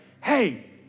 hey